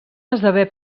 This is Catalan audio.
esdevé